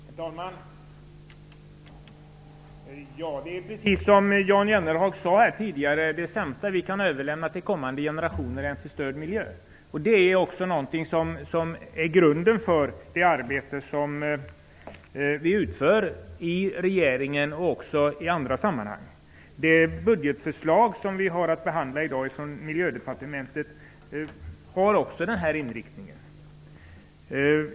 Herr talman! Det är precis som Jan Jennehag sade här tidigare. Det sämsta vi kan överlämna till kommande generationer är en förstörd miljö. Det är grunden för det arbete som vi utför i regeringen och i andra sammanhang. Det budgetförslag från Miljödepartementet som vi har att behandla i dag har också denna inriktning.